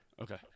Okay